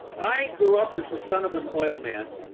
i grew up as the son of an oil man.